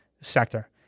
sector